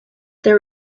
there